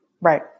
Right